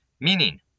meaning